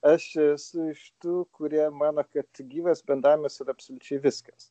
aš esu iš tų kurie mano kad gyvas bendravimas yra absoliučiai viskas